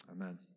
Amen